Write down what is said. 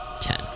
Ten